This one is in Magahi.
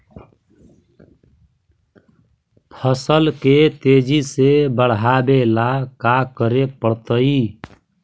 फसल के तेजी से बढ़ावेला का करे पड़तई?